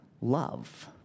love